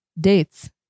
dates